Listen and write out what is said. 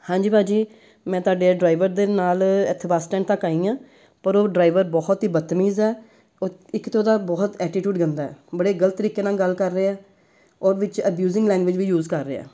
ਹਾਂਜੀ ਭਾਅ ਜੀ ਮੈਂ ਤੁਹਾਡੇ ਐਹ ਡਰਾਈਵਰ ਦੇ ਨਾਲ ਇੱਥੇ ਬੱਸ ਸਟੈਂਡ ਤੱਕ ਆਈ ਹਾਂ ਪਰ ਉਹ ਡਰਾਈਵਰ ਬਹੁਤ ਹੀ ਬਤਮੀਜ਼ ਹੈ ਉਤ ਇੱਕ ਤਾਂ ਉਹਦਾ ਬਹੁਤ ਐਟੀਟਿਊਡ ਗੰਦਾ ਹੈ ਬੜੇ ਗਲਤ ਤਰੀਕੇ ਨਾਲ ਗੱਲ ਕਰ ਰਿਹਾ ਔਰ ਵਿੱਚ ਅਬਿਊਜਿੰਗ ਲੈਂਗੂਏਜ ਵੀ ਯੂਜ਼ ਕਰ ਰਿਹਾ